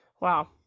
Wow